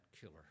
killer